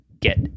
get